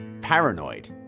paranoid